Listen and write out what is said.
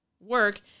work